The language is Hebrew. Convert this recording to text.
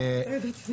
עוד לא בטוח,